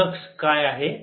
flux काय आहे